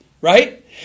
Right